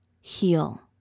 heal